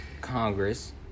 Congress